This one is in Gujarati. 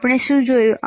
તો આપણે શું જોયું